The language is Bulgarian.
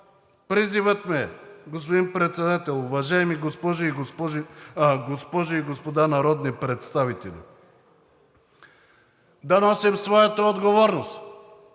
призивът ми е, господин Председател, уважаеми госпожи и господа народни представители, да носим своята отговорност,